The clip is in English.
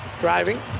Driving